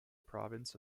province